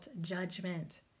judgment